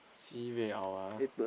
sibei hiao ah